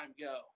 go